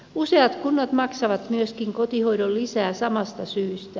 useat kunnat maksavat myöskin kotihoidon lisää samasta syystä